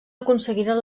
aconseguiren